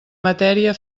matèria